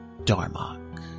Darmok